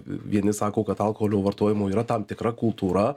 vieni sako kad alkoholio vartojimo yra tam tikra kultūra